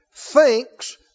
Thinks